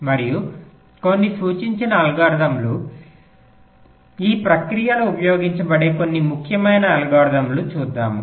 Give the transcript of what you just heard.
మరియు కొన్ని సూచించిన అల్గోరిథంలు ఈ ప్రక్రియలో ఉపయోగించబడే కొన్ని ముఖ్యమైన అల్గోరిథంలు చూద్దాం